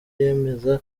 yamaze